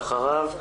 ואחריו,